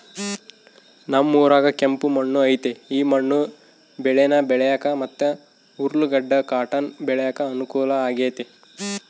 ನಮ್ ಊರಾಗ ಕೆಂಪು ಮಣ್ಣು ಐತೆ ಈ ಮಣ್ಣು ಬೇಳೇನ ಬೆಳ್ಯಾಕ ಮತ್ತೆ ಉರ್ಲುಗಡ್ಡ ಕಾಟನ್ ಬೆಳ್ಯಾಕ ಅನುಕೂಲ ಆಗೆತೆ